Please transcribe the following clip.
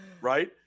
right